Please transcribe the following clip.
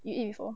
you eat before